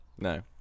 No